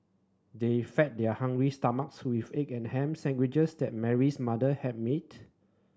they fed their hungry stomachs with egg and ham sandwiches that Mary's mother had